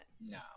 No